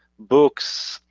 books,